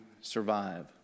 survive